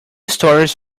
stories